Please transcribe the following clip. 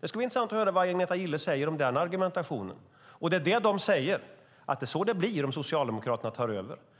Det skulle vara intressant att höra vad Agneta Gille säger om den argumentationen. Vad de säger är att det är så det blir om Socialdemokraterna tar över.